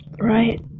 Right